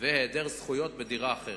והעדר זכויות בדירה אחרת.